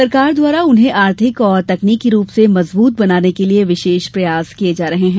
सरकार द्वारा उन्हें आर्थिक और तकनीकी रूप से मजबूत बनाने के लिए विशेष प्रयास किये जा रहे हैं